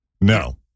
No